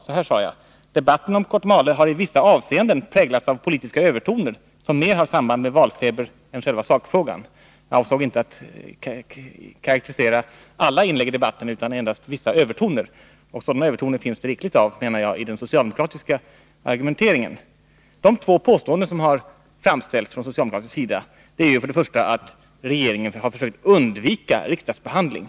Jag sade: Debatten om Kotmale har i vissa avseenden präglats av politiska övertoner, som mer har samband med valfeber än med själva sakfrågan. Jag avsåg inte att karakterisera alla inlägg i debatten utan endast vissa övertoner, och sådana finns det rikligt av i den socialdemokratiska argumenteringen. Det är två påståenden som har framställts från socialdemokratisk sida, och det första är att regeringen har försökt undvika riksdagsbehandling.